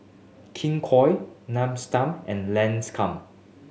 King Koil Nestum and Lancome